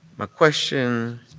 my question